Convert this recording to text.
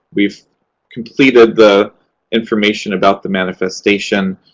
we've completed the information about the manifestation.